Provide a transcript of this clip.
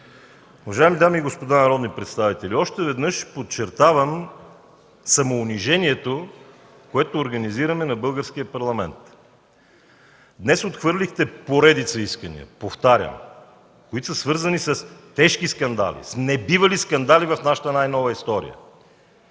Уважаеми дами и господа народни представители, още веднъж подчертавам самоунижението, което организираме на Българския парламент. Днес отхвърлихте поредица искания, повтарям, които са свързани с тежки скандали, с небивали скандали в нашата най-нова история.